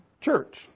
Church